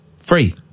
Free